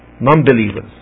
non-believers